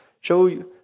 show